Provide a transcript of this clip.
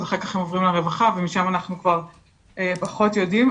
אז אחר כך הם עוברים לרווחה ומשם אנחנו כבר פחות יודעים.